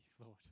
Lord